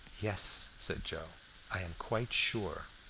yes, said joe i am quite sure.